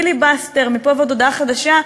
בפיליבסטר מפה ועד הודעה חדשה,